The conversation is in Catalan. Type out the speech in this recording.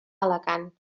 alacant